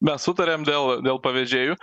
mes sutarėm dėl dėl pavežėjų